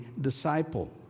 disciple